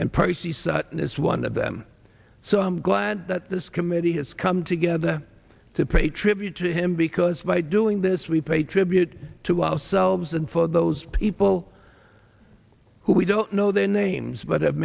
this one of them so i'm glad that this committee has come together to pay tribute to him because by doing this we pay tribute to ourselves and for those people who we don't know their names but